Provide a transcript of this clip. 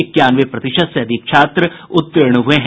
इक्यानवे प्रतिशत से अधिक छात्र उत्तीर्ण हुए हैं